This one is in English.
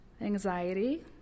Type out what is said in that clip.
anxiety